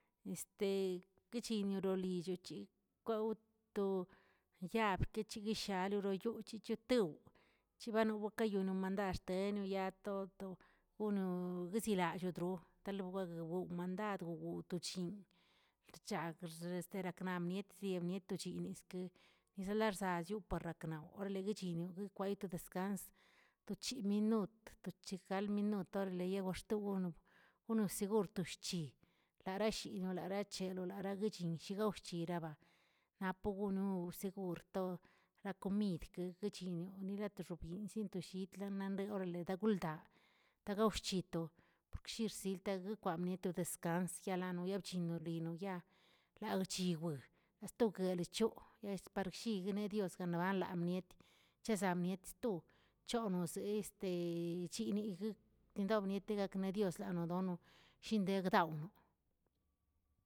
Este guichiniorolillochi kwaoto yaab kechiguishaloriyouchi chotouꞌ chibano kayonoꞌ andaxtenu a toto guzilallꞌ odroꞌ talowagwao mandad woo to chin, rchags yaknamiet mietni iniskə yizalaziparraknau oraleyigchini koo kweyti descans, to chi minut to chi galjminut biegoxtogonoꞌ, unos segur toshchi larashino laracheꞌe wa laragachini shigaoshchiriba napoꞌ gono segur to, ra komidkə keguichinioꞌ ni latꞌ xobyinꞌ zin tollitch mande orale daguldaa, daa gao xchito por ke shi xsiltegakwemitoꞌ to descansa yano la bchinoniloya lagchiwue ya stogueli choꞌo es parshigneꞌ dios wenlaamniet chesanmiet toꞌo c̱honoꞌzə chiniggə kendobnietagaꞌdios nalodono shengdeddaowꞌno.